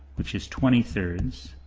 which is twenty three,